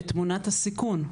את תמונת הסיכון.